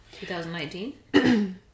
2019